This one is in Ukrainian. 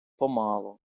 помалу